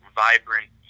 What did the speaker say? vibrant